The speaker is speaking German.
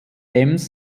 ems